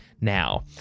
now